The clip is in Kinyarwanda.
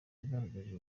yagaragaje